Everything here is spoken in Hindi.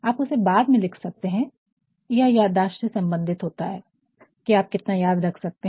आप उसे बाद में लिख सकते हैं यह याददाश्त से संबंधित होता है कि आप कितना याद रख सकते हैं